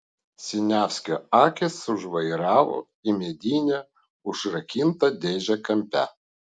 siniavskio akys sužvairavo į medinę užrakintą dėžę kampe